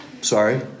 Sorry